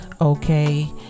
Okay